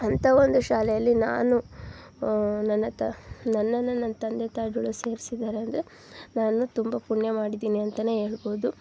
ಅಂಥ ಒಂದು ಶಾಲೆಯಲ್ಲಿ ನಾನು ನನ್ನ ತ ನನ್ನನ್ನು ನನ್ನ ತಂದೆ ತಾಯಿಗಳು ಸೇರ್ಸಿದ್ದಾರೆ ಅಂದರೆ ನಾನು ತುಂಬ ಪುಣ್ಯ ಮಾಡಿದ್ದೀನಿ ಅಂತಲೇ ಹೇಳ್ಬೋದು